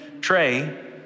tray